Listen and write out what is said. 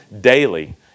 daily